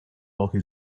pochi